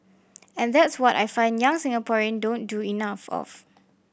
and that's what I find young Singaporean don't do enough of